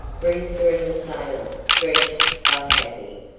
brewster and the sailor, drenched but happy,